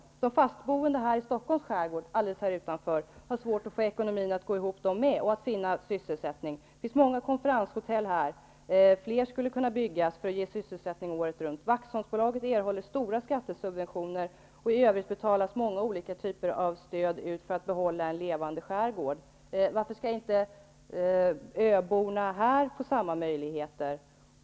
Det fastboende i Stockholms skärgård har också svårt att få ekonomin att gå ihop och finna sysselsättning. Det finns många konferenshotell här, och fler skulle kunna byggas för att ge sysselsättning året runt. Waxholmsbolaget erhåller stora skattesubventioner, och i övrigt betalas ut många olika typer av stöd för att behålla en levande skärgård. Varför skall inte öborna här få samma möjligheter?